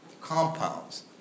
compounds